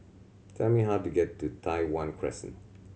please tell me how to get to Tai Hwan Crescent